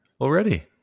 Already